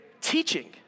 teaching